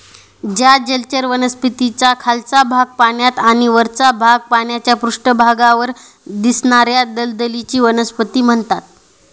ज्या जलचर वनस्पतींचा खालचा भाग पाण्यात आणि वरचा भाग पाण्याच्या पृष्ठभागावर दिसणार्याना दलदलीची वनस्पती म्हणतात